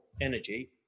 energy